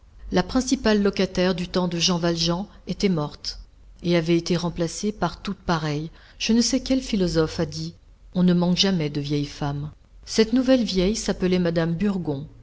la principale locataire du temps de jean valjean était morte et avait été remplacée par toute pareille je ne sais quel philosophe a dit on ne manque jamais de vieilles femmes cette nouvelle vieille s'appelait madame burgon